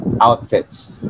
outfits